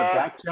back